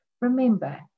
Remember